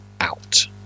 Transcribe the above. out